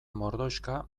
mordoxka